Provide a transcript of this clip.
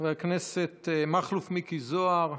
חבר הכנסת מכלוף מיקי זוהר,